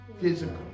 physical